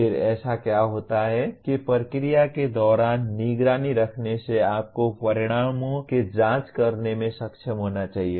फिर ऐसा क्या होता है कि प्रक्रिया के दौरान निगरानी रखने से आपको परिणामों की जांच करने में सक्षम होना चाहिए